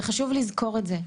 וחשוב לזכור את זה.